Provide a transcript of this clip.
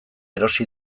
erosi